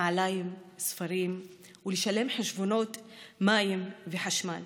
נעליים, ספרים, ולשלם חשבונות מים וחשמל.